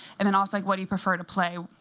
and then, also like what do you prefer to play,